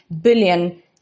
billion